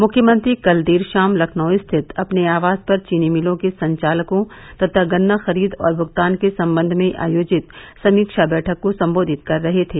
मुख्यमंत्री कल देर शाम लखनऊ स्थित अपने आवास पर चीनी मिलों के संचालक तथा गन्ना खरीद और युगतान के सम्बन्ध में आयोजित समीक्षा बैठक को सम्बोधित कर रहे थे